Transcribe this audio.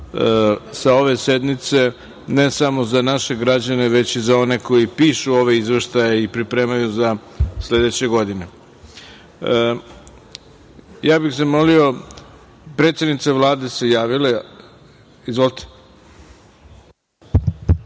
sa ove sednice, ne samo za naše građane, već i za one koji pišu ove izveštaje i pripremaju za sledeće godine. Predsednica Vlade se javila, izvolite.